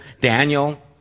Daniel